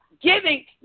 giving